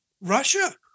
Russia